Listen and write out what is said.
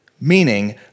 Meaning